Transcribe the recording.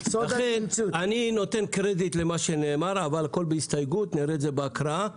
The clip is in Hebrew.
אני נותן קרדיט למה שנאמר אבל הכל בהסתייגות ונראה את זה בהקראה.